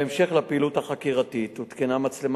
1. האם המשטרה חוקרת את המקרה?